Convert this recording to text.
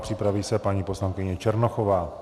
Připraví se paní poslankyně Černochová.